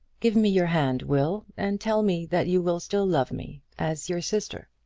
give me your hand, will, and tell me that you will still love me as your sister.